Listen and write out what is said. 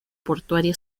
portuaria